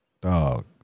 dog